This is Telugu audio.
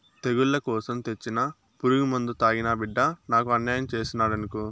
తెగుళ్ల కోసరం తెచ్చిన పురుగుమందు తాగి నా బిడ్డ నాకు అన్యాయం చేసినాడనుకో